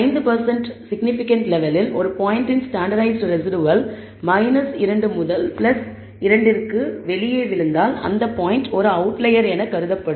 5 significant லெவலில் ஒரு பாயிண்ட்டின் ஸ்டாண்டர்ட்டைஸ்ட் ரெஸிடுவல் 2 முதல் 2 விற்கு வெளியே விழுந்தால் அந்த பாயிண்ட் ஒரு அவுட்லயர் என கருதப்படும்